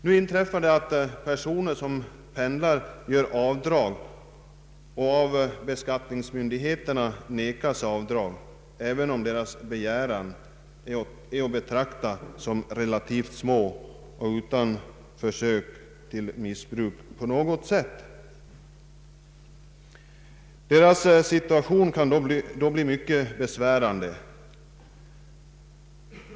Nu inträffar det att personer som pendlar gör avdrag men av beskattningsmyndigheterna vägras detta avdrag, även om deras begäran är att betrakta som relativt ringa och inte utgör något försök till missbruk. Deras situation kan då bli mycket besväran de.